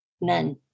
None